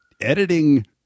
editing